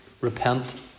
repent